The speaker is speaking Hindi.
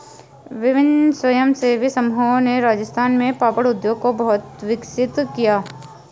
विभिन्न स्वयंसेवी समूहों ने राजस्थान में पापड़ उद्योग को बहुत विकसित किया